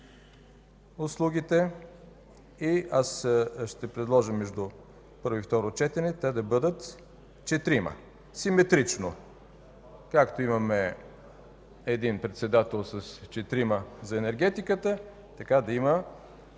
услугите. Аз ще предложа между първо и второ четене те да бъдат четирима – симетрично. Както имаме един председател с четирима за енергетиката, така да има